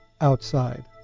outside